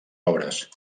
obres